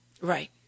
right